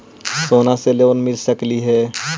सोना से लोन मिल सकली हे?